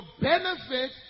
benefit